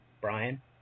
Brian